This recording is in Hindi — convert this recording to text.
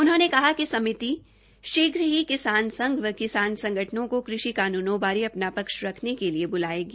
उन्होंने कहा कि समिति शीघ्र ही किसान संघ व किसान संगठनों को कृषि कानूनों बारे अपना पक्ष रखने के लिए ब्लायेगी